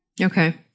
Okay